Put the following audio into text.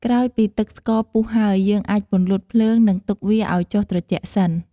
ក្រោយពីទឹកស្ករពុះហើយ យើងអាចពន្លត់ភ្លើង និងទុកវាឱ្យចុះត្រជាក់សិន។